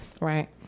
right